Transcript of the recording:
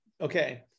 okay